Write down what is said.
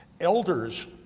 elders